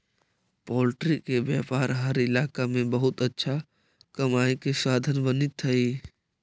poultry के व्यापार हर इलाका में बहुत अच्छा कमाई के साधन बनित हइ